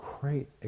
great